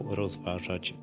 rozważać